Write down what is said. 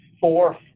four